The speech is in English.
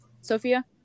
Sophia